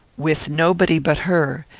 with nobody but her.